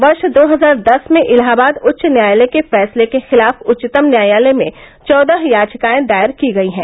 वर्ष दो हजार दस में इलाहाबाद उच्च न्यायालय के फैसले के खिलाफ उच्चतम न्यायालय में चौदह याचिकाए दायर की गई हैं